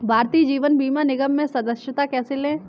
भारतीय जीवन बीमा निगम में सदस्यता कैसे लें?